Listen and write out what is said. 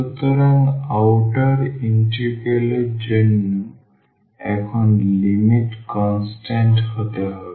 সুতরাং বাইরের ইন্টিগ্রাল এর জন্য এখন লিমিট কনস্ট্যান্ট হতে হবে